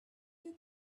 you